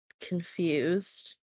confused